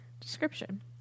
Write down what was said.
description